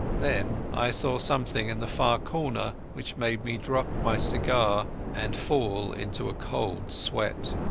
then i saw something in the far corner which made me drop my cigar and fall into a cold sweat.